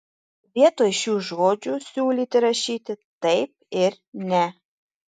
vietoj šių žodžių siūlyti rašyti taip ir ne